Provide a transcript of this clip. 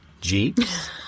Jeeps